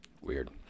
weird